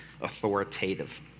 authoritative